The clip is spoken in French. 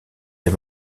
des